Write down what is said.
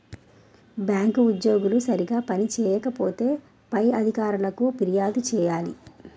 bank ఉద్యోగులు సరిగా పని చేయకపోతే పై అధికారులకు ఫిర్యాదు చేయాలి